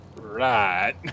Right